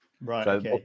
Right